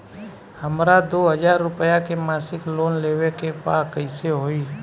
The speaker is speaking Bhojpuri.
हमरा दो हज़ार रुपया के मासिक लोन लेवे के बा कइसे होई?